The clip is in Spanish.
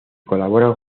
colaboran